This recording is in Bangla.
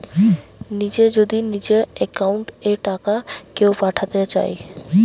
নিজে যদি নিজের একাউন্ট এ টাকা কেও পাঠাতে চায়